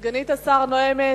סגנית השר נואמת.